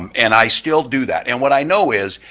um and i still do that. and what i know is,